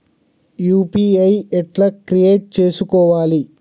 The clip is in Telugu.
యూ.పీ.ఐ ఎట్లా క్రియేట్ చేసుకోవాలి?